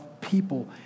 people